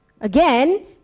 again